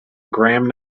gram